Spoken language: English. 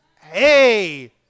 Hey